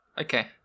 Okay